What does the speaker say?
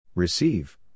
Receive